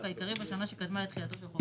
העיקרי בשנה שקדמה לתחילתו של חוק זה.